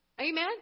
Amen